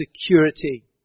security